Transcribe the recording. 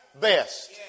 best